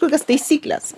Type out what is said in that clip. kokias taisykles